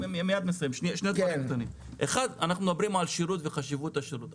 אנחנו מדברים על השירות ועל חשיבות השירות.